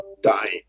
dying